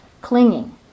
clinging